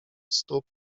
stóp